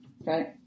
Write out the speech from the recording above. Okay